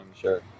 Sure